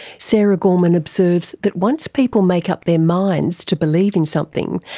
sara gorman observes that once people make up their minds to believe in something,